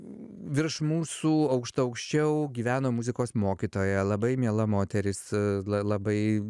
virš mūsų aukštu aukščiau gyveno muzikos mokytoja labai miela moteris la labai